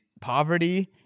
poverty